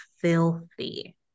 filthy